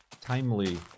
timely